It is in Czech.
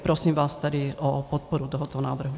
Prosím vás tedy o podporu tohoto návrhu.